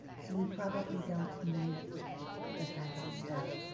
so we probably don't need the fancy stuff,